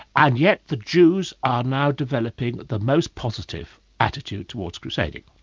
and yet the jews are now developing the most positive attitude towards crusading.